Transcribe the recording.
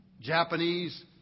Japanese